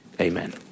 Amen